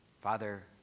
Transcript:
Father